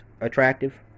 attractive